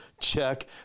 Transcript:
check